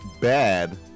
bad